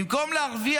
במקום להרוויח,